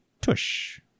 tush